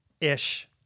ish